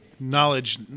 knowledge